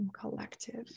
collective